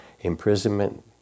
Imprisonment